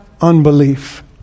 unbelief